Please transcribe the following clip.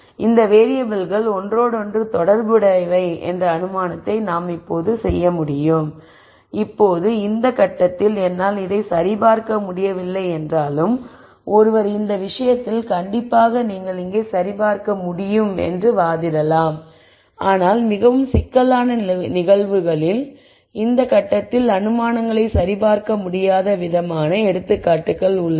எனவே இந்த வேறியபிள்கள் ஒன்றோடொன்று தொடர்புடையவை என்ற அனுமானத்தை நாம் செய்ய முடியும் இப்போது இந்த கட்டத்தில் என்னால் இதைச் சரிபார்க்க முடியவில்லை என்றாலும் ஒருவர் இந்த விஷயத்தில் கண்டிப்பாக நீங்கள் இங்கே சரிபார்க்க முடியும் என்று வாதிடலாம் ஆனால் மிகவும் சிக்கலான நிகழ்வுகளில் இந்த கட்டத்தில் அனுமானங்களை சரிபார்க்க முடியாத விதமான எடுத்துக்காட்டுகள் உள்ளன